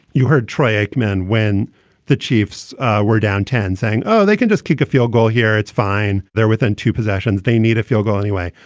you heard troy aikman when the chiefs were down ten saying, oh, they can just kick a field goal here. it's fine. they're within two possessions. they need a field goal anyway.